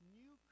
new